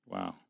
Wow